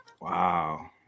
Wow